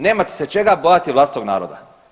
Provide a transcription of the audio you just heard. Nemate se čega bojati vlastitog naroda.